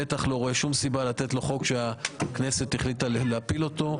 בטח לא רואה סיבה לתת לחוק שהכנסת החליטה להפיל אותו.